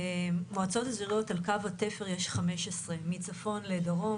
מועצות אזוריות על קו התפר יש 15 מצפון לדרום,